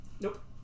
Nope